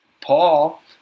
Paul